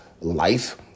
life